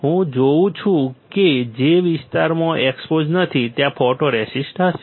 હું જોઉં છું કે જે વિસ્તારમાં એક્સપોઝડ નથી ત્યાં ફોટોરેસિસ્ટ હશે